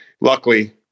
luckily